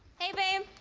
hey, babe!